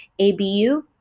abu